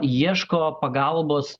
ieško pagalbos